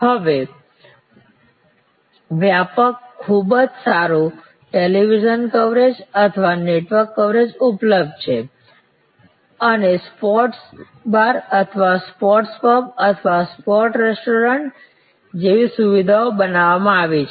હવે વ્યાપક ખૂબ જ સારું ટેલિવિઝન કવરેજ અથવા નેટ કવરેજ ઉપલબ્ધ છે અને સ્પોર્ટ્સ બાર અથવા સ્પોર્ટ્સ પબ અથવા સ્પોર્ટ રેસ્ટોરન્ટ જેવી સુવિધાઓ બનાવવામાં આવી છે